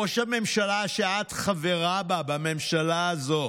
ראש הממשלה שאת חברה בה, בממשלה הזאת.